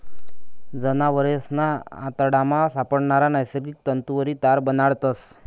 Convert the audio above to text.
जनावरेसना आतडामा सापडणारा नैसर्गिक तंतुवरी तार बनाडतस